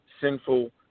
sinful